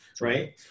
right